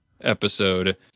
episode